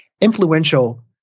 influential